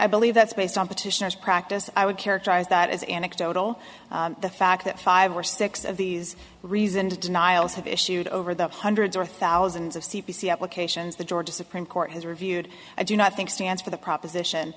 i believe that's based on petitioners practice i would characterize that as anecdotal the fact that five or six of these reasoned denials have issued over the hundreds or thousands of c b c applications the georgia supreme court has reviewed i do not think stands for the proposition